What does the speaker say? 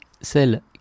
celle